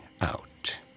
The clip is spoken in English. out